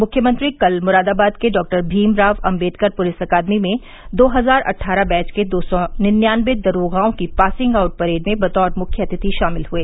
मुख्यमंत्री कल मुरादाबाद के doctor Bhimrao Ambedkar police academy में दो हजार अट्ठारह बैच के दो सौ निन्यानवे दरोगाओं की पासिंग आउट परेड में बतौर मुख्य अतिथि शामिल हुए